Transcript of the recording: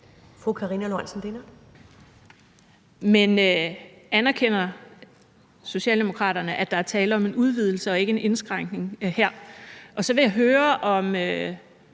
Karina Lorentzen Dehnhardt (SF): Men anerkender Socialdemokraterne, at der er tale om en udvidelse og ikke en indskrænkning her? Så vil jeg høre, om